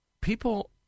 people